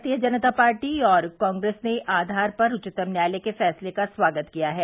भारतीय जनता पार्टी और कांग्रेस ने आधार पर उच्चतम न्यायालय के फैसले का स्वागत किया है